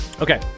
Okay